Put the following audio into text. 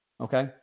Okay